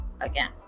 again